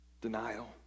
denial